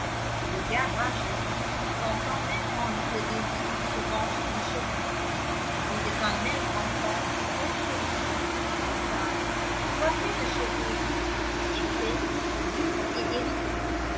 le gars rageait sentant naître en lui le désir de se venger du cheval c'était un maigre enfant haut sur jambes très sale coiffe de cheveux roux épais durs et hérissés